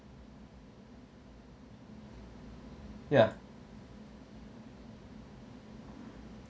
ya